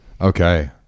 Okay